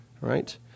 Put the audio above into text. right